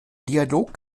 dialog